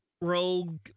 rogue